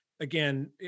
again